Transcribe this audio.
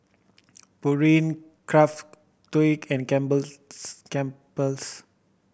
Pureen Craftholic and Campbell's Campbell's